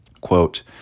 quote